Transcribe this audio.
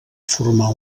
formar